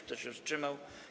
Kto się wstrzymał?